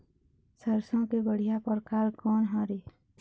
सरसों के बढ़िया परकार कोन हर ये?